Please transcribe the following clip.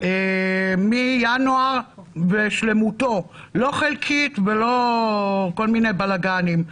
מינואר בשלמותו, לא חלקית ולא כל מיני בלגנים.